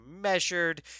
measured